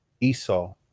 Esau